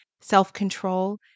self-control